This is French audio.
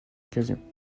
occasions